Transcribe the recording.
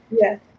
Yes